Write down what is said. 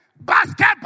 Basketball